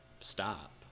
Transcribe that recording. stop